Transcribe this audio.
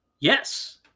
Yes